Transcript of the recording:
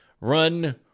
Run